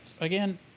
again